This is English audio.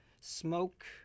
Smoke